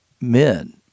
men